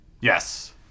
Yes